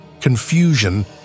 confusion